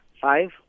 Five